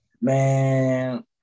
Man